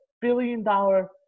billion-dollar –